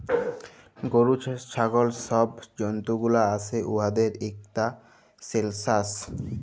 গরু, ছাগল ছব জল্তুগুলা আসে উয়াদের ইকট সেলসাস